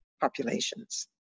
populations